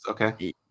okay